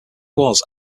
was